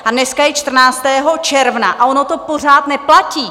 A dneska je 14. června a ono to pořád neplatí!